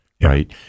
right